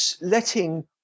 letting